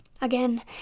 Again